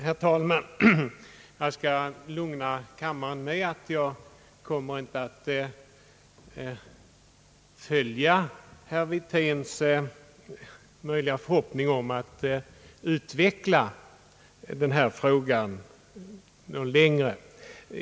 Herr talman! Jag skall lugna kammaren med att jag inte kommer att följa herr Wirténs eventuella förhoppning om att längre utveckla denna fråga.